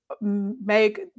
make